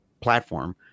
platform